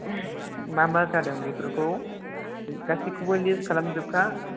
मा मा जादों बेफोरखौ गासैखौबो लिस्ट खालामजोबखा